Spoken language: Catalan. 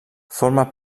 forma